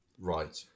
Right